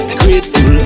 grateful